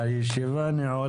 הישיבה ננעלה בשעה 10:55.